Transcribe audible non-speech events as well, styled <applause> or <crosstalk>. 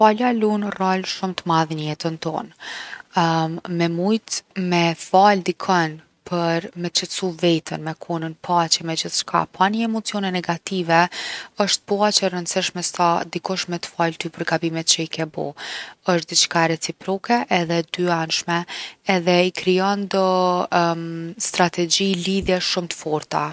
Falja lun rol shumë t’madh n’jetën tonë. <hesitation> me mujt me fal dikon për me qetsu veten, me kon ën paqje me gjithçka pa ni emocione negative osht po aq e rëndsishme sa dikush me t’falë ty për gabimet që i ke bo. Osht diçka reciproke edhe e dyanshme, edhe i krijon do <hesitation> strategji lidhje shumë t’forta.